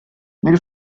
nel